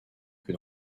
que